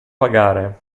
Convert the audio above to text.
pagare